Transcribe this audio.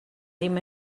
ddim